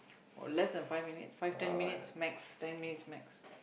or less than five minutes five ten minutes max ten minutes max